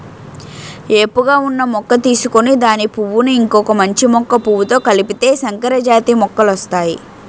ఏపుగా ఉన్న మొక్క తీసుకొని దాని పువ్వును ఇంకొక మంచి మొక్క పువ్వుతో కలిపితే సంకరజాతి మొక్కలొస్తాయి